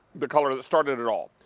the color that started it all.